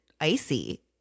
icy